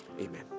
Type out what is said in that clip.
Amen